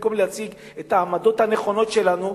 במקום להציג את העמדות הנכונות שלנו,